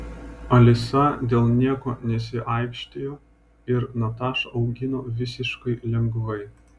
alisa dėl nieko nesiaikštijo ir natašą augino visiškai lengvai